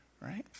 right